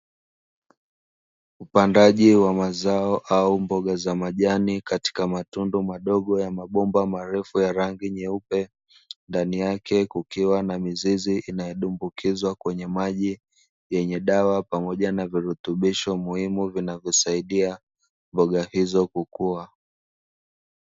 Upandaji wa mazao au mboga za majani katika matundu madogo ya mabomba marefu ya rangi nyeupe ndani yake kukiwa na mizizi inayodumbukizwa kwenye maji yenye dawa pamoja na virutubisho muhimu vinavyosaidia mboga hizo kukua.